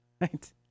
right